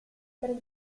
per